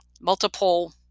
multiple